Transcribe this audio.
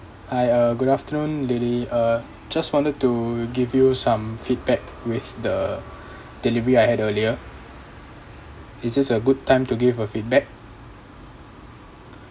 hi uh good afternoon lily uh just wanted to give you some feedback with the delivery I had earlier is this a good time to give a feedback